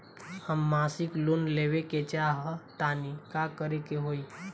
हम मासिक लोन लेवे के चाह तानि का करे के होई?